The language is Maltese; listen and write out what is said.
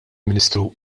ministeru